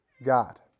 God